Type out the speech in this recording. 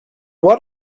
what